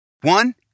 One